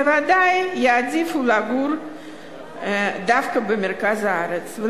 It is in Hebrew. ובוודאי יעדיפו לגור דווקא במרכז הארץ.